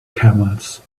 camels